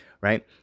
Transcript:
right